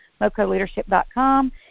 mocoleadership.com